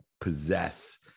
possess